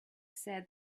said